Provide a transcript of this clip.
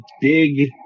big